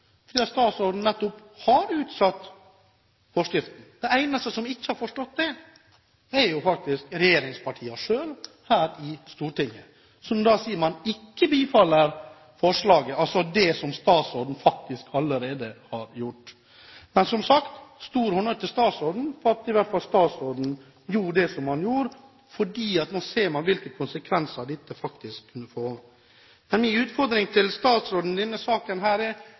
fordi statsråden har utsatt forskriften. De eneste som ikke har forstått det, er faktisk regjeringspartiene selv her i Stortinget, som sier at man ikke bifaller forslaget, altså det som statsråden faktisk allerede har gjort. Men som sagt: Stor honnør til statsråden for at i hvert fall statsråden gjorde det hun gjorde, fordi nå ser vi hvilke konsekvenser dette faktisk kunne få. Men min utfordring til statsråden i denne saken er: